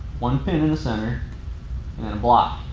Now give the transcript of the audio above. one pin in the center and a block.